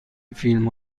فیلم